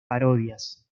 parodias